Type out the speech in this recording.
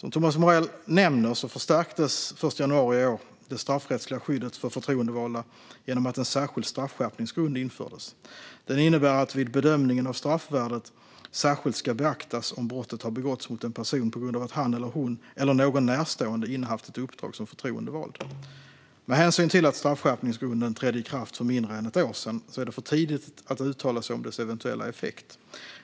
Som Thomas Morell nämner förstärktes den 1 januari i år det straffrättsliga skyddet för förtroendevalda genom att en särskild straffskärpningsgrund infördes. Den innebär att det vid bedömningen av straffvärdet särskilt ska beaktas om brottet har begåtts mot en person på grund av att han eller hon eller någon närstående innehaft ett uppdrag som förtroendevald. Med hänsyn till att straffskärpningsgrunden trädde i kraft för mindre än ett år sedan är det för tidigt att uttala sig om dess eventuella effekt.